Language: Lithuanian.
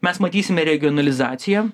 mes matysime regionalizaciją